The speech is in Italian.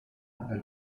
dal